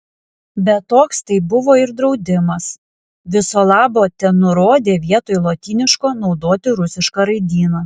bet toks tai buvo ir draudimas viso labo tenurodė vietoj lotyniško naudoti rusišką raidyną